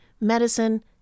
medicine